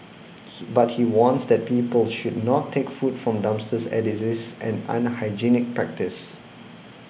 he but he warns that people should not take food from dumpsters as it is an unhygienic practice